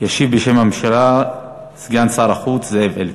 ישיב בשם הממשלה סגן שר החוץ זאב אלקין.